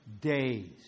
days